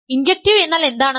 injective എന്നാൽ എന്താണ്